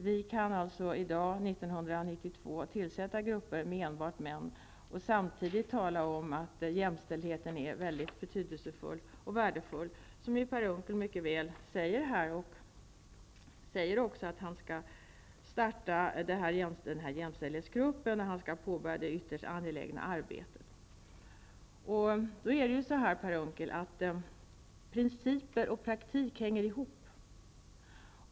Vi kan i dag 1992 tillsätta grupper med enbart män och samtidigt tala om att frågan om jämställdheten är betydelsefull och värdefull. Per Unckel säger också att han skall starta en jämställdhetsgrupp och påbörja det ytterst angelägna arbetet. Principer och praktik hänger ihop.